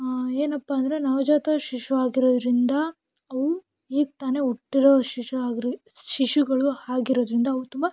ಏನಪ್ಪ ಅಂದರೆ ನವಜಾತ ಶಿಶು ಆಗಿರೋದರಿಂದ ಅವು ಈಗ ತಾನೆ ಹುಟ್ಟಿರೋ ಶಿಶು ಆಗಿರೋ ಶಿಶುಗಳು ಆಗಿರೋದ್ರಿಂದ ಅವು ತುಂಬ